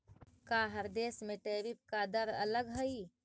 का हर देश में टैरिफ का दर अलग हई